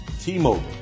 T-Mobile